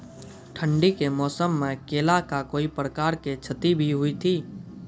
ठंडी के मौसम मे केला का कोई प्रकार के क्षति भी हुई थी?